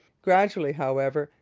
gradually, however,